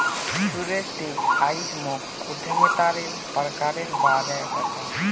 सुरेश ती आइज मोक उद्यमितार प्रकारेर बा र बता